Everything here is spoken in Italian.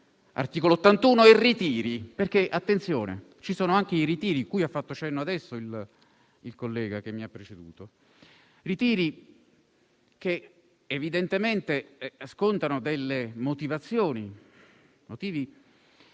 dell'articolo 81 e ritiri. Attenzione: ci sono, infatti, anche i ritiri, cui ha fatto cenno adesso il collega che mi ha preceduto. Ritiri che, evidentemente, scontano delle motivazioni: motivi,